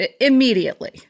immediately